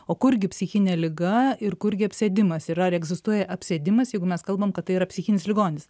o kurgi psichinė liga ir kurgi apsėdimas yra ar egzistuoja apsėdimas jeigu mes kalbam kad tai yra psichinis ligonis